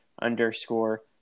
underscore